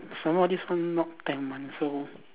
some more this one not plan one so